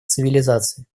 цивилизации